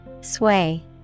Sway